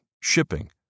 shipping